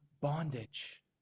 bondage